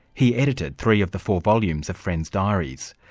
he edited three of the four volumes of friend's diaries.